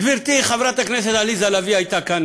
גברתי חברת הכנסת עליזה לביא הייתה כאן,